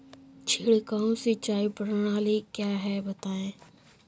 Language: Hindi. छिड़काव सिंचाई प्रणाली क्या है बताएँ?